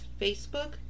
Facebook